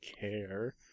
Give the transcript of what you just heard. care